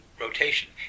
rotation